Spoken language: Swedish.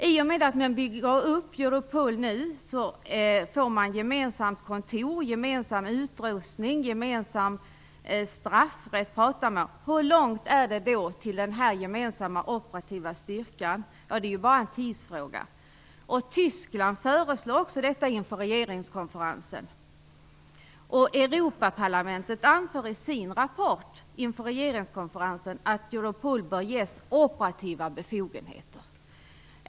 I och med att man nu bygger upp Europol får man gemensamt kontor, gemensam utrustning och man talar om gemensam straffrätt. Hur långt är det då till den gemensamma operativa styrkan? Det är ju bara en tidsfråga. Tyskland har också föreslagit detta inför regeringskonferensen, och Europaparlamentet antog i sin rapport inför regeringskonferensen att Europol bör ges operativa befogenheter.